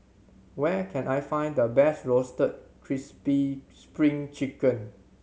where can I find the best Roasted Crispy Spring Chicken